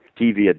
TV